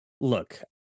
look